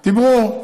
דיברו,